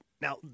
now